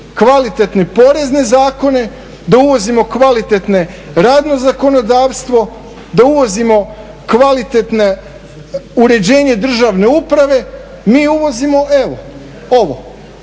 kvalitetne porezne zakone, da uvozimo kvalitetne radno zakonodavstvo, da uvozimo kvalitetne uređenje državne uprave mi uvozimo evo ovo.